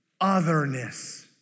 otherness